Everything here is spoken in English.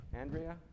Andrea